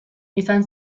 izan